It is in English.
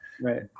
right